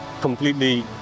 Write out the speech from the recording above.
completely